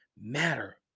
matter